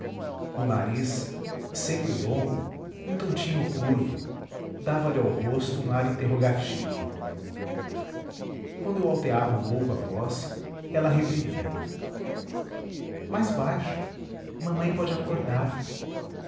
o nariz seco e longo um tantinho curvo dava-lhe ao rosto um ar interrogativo quando eu alteava um pouco a voz ela reprimia me mais baixo mamãe pode acordar